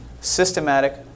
systematic